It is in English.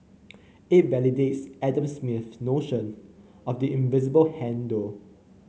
it validates Adam Smith's notion of the invisible hand though